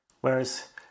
Whereas